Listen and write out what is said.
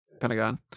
Pentagon